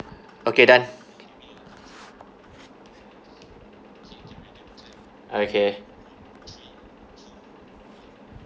okay done okay